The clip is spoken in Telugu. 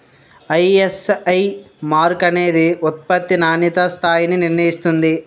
ఐఎస్ఐ మార్క్ అనేది ఉత్పత్తి నాణ్యతా స్థాయిని నిర్ణయిస్తుంది